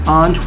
on